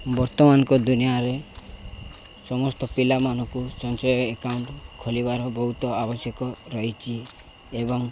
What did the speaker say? ବର୍ତ୍ତମାନଙ୍କ ଦୁନିଆଁରେ ସମସ୍ତ ପିଲାମାନଙ୍କୁ ସଞ୍ଚୟ ଏକାଉଣ୍ଟ ଖୋଲିବାର ବହୁତ ଆବଶ୍ୟକ ରହିଛି ଏବଂ